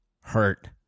hurt